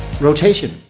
Rotation